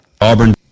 Auburn